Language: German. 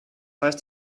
heißt